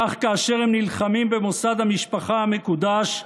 כך כאשר הם נלחמים במוסד המשפחה המקודש,